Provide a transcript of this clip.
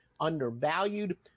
undervalued